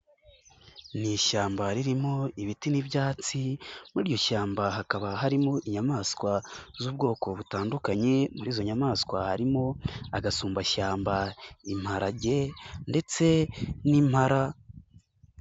Ni ishyamba ririmo ibiti n'ibyatsi muri iryo shyamba hakaba harimo inyamaswa z'ubwoko butandukanye, muri izo nyamaswa harimo: agasumbashyamba, imparage ndetse n'impara.